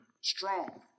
strong